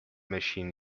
machine